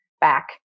back